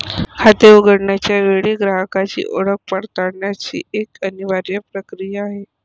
खाते उघडण्याच्या वेळी ग्राहकाची ओळख पडताळण्याची एक अनिवार्य प्रक्रिया आहे